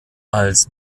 als